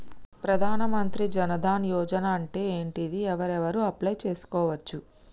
ప్రధాన మంత్రి జన్ ధన్ యోజన అంటే ఏంటిది? ఎవరెవరు అప్లయ్ చేస్కోవచ్చు?